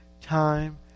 time